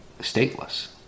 stateless